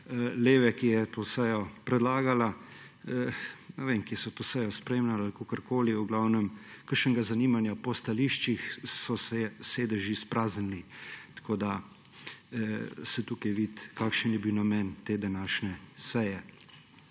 leve, ki je to sejo predlagala. Ne vem, kje so to sejo spremljali ali kakorkoli. V glavnem, kakšnega zanimanja ni, po stališčih so se sedeži spraznili, tako da se tukaj vidi, kakšen je bil namen te današnje seje.